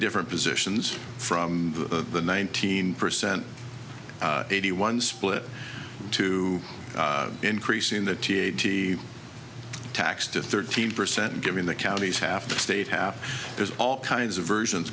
different positions from the nineteen percent eighty one split to increasing the t h c tax to thirteen percent and giving the counties half the state half there's all kinds of versions